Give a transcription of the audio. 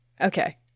Okay